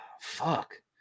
Fuck